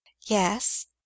Yes